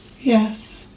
Yes